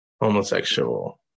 homosexual